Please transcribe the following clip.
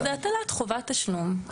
זה הטלת חובת תשלום.